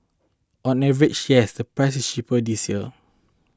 on average yes the price is cheaper this year